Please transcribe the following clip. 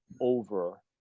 over